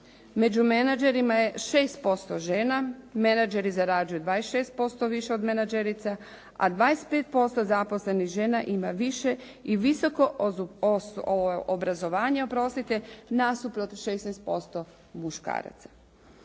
Među menadžerima je 6% žena, menadžeri zarađuju 26% više od menadžerica, a 25% zaposlenih žena ima više i visoko obrazovanje nasuprot 16% muškaraca.